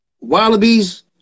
Wallabies